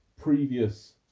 previous